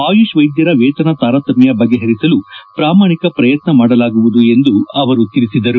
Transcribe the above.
ಆಯುಷ್ ವೈದ್ಧರ ವೇತನ ತಾರತಮ್ಮ ಬಗೆಹರಿಸಲು ಪ್ರಾಮಾಣಿಕ ಪ್ರಯತ್ನ ಮಾಡಲಾಗುವುದು ಎಂದು ತಿಳಿಸಿದರು